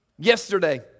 Yesterday